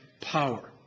power